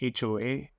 HOA